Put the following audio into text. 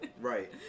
Right